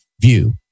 View